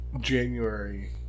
January